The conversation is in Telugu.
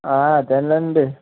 అదే లేండి